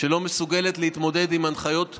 שלא מסוגלת להתמודד עם הנחיות כושלות,